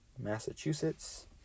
Massachusetts